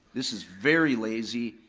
this is very lazy,